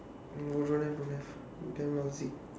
no don't have don't have damn lousy